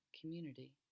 community